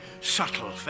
subtle